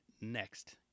next